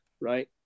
right